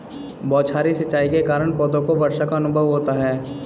बौछारी सिंचाई के कारण पौधों को वर्षा का अनुभव होता है